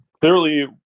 Clearly